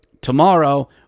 tomorrow